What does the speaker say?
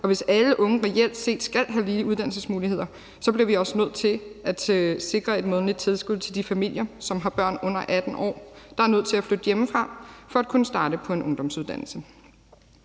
og hvis alle unge reelt set skal have lige uddannelsesmuligheder, bliver vi også nødt til at sikre et månedligt tilskud til de familier, som har børn under 18 år, der er nødt til at flytte hjemmefra for at kunne starte på en ungdomsuddannelse.